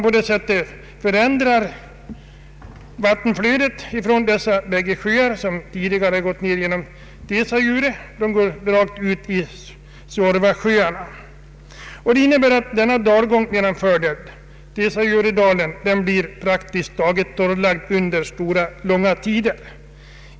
På det sättet förändrar man vattenflödet från dessa båda sjöar, vilket tidigare gått ned genom Teusajauredalen, så att det nu går rakt ut i Suorvasjöarna. Dalgången vid Teusajaure blir därigenom praktiskt taget torrlagd under långa tider.